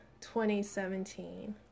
2017